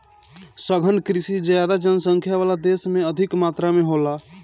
सघन कृषि ज्यादा जनसंख्या वाला देश में अधिक मात्रा में होला